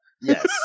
Yes